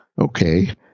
okay